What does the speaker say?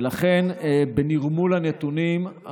ולכן, בנרמול הנתונים,